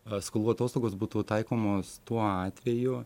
skolų atostogos būtų taikomos tuo atveju